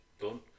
done